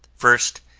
first,